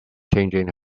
changing